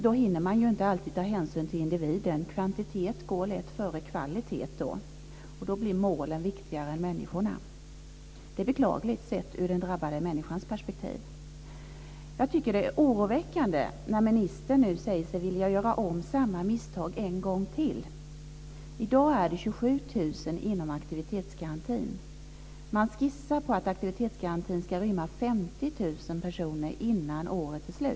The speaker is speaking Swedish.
Då hinner man inte alltid ta hänsyn till individen. Kvantitet går lätt före kvalitet. Då blir målen viktigare än människorna. Det är beklagligt sett ur den drabbade människans perspektiv. Jag tycker att det är oroväckande när ministern nu säger sig vilja göra om samma misstag en gång till. I Man skissar på att aktivitetsgarantin ska rymma 50 000 personer innan året är slut.